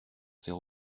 faire